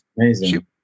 amazing